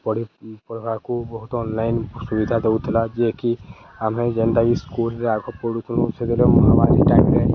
ପଢ଼ି ପଢ଼ିବାକୁ ବହୁତ ଅନ୍ଲାଇନ୍ ସୁବିଧା ଦଉଥିଲା ଯିଏକି ଆମେ ଯେନ୍ତାକି ସ୍କୁଲ୍ରେ ଆଗ ପଢ଼ୁଥିଲୁଁ ସେତେବେଲେ ମହାମାରୀ ଟାଇମ୍ରେ